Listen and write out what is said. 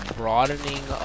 broadening